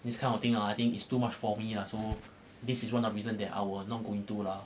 this kind of thing ah I think it's too much for me lah so this is one of the reason that I will I'm not going to ah